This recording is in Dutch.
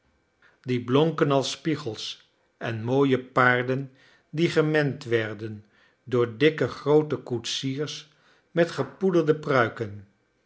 die blonken als spiegels en mooie paarden die gemend werden door dikke groote koetsiers met gepoederde pruiken